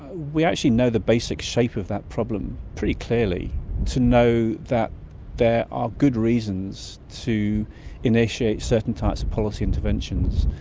we actually know the basic shape of that problem pretty clearly to know that there are good reasons to initiate certain types of policy interventions,